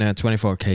24K